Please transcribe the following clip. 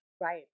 right